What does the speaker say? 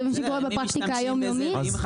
זה מה שקורה בפרקטיקה היום-יומית?